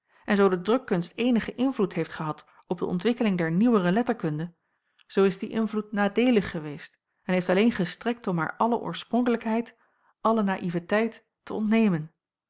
en zoo de drukkunst eenigen invloed heeft gehad op de ontwikkeling der nieuwere letterkunde zoo is die invloed nadeelig geweest en heeft alleen gestrekt om haar alle oorspronkelijkheid alle naïeveteit te ontnemen